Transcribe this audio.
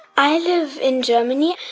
i live in germany.